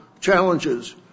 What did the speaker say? challenges